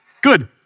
Good